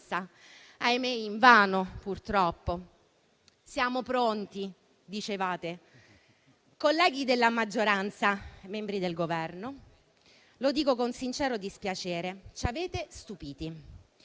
ahimè invano, purtroppo. Siamo pronti, dicevate. Colleghi della maggioranza, membri del Governo, lo dico con sincero dispiacere: ci avete stupiti.